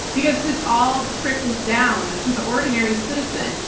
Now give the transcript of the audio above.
because this all trickles down to the ordinary citizen,